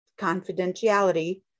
confidentiality